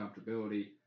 comfortability